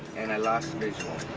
and i lost visual.